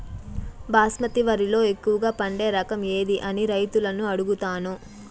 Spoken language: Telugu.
బాస్మతి వరిలో ఎక్కువగా పండే రకం ఏది అని రైతులను అడుగుతాను?